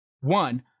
One